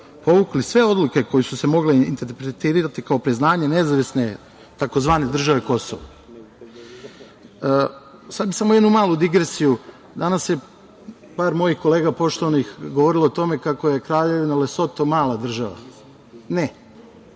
povukli sve odluke koje su se mogle interpretirati kao priznanje nezavisne tzv. države Kosovo. Sad bih samo jednu malu digresiju, danas je par mojih kolega poštovanih govorilo o tome kako je Kraljevina Lesoto mala država. Ne,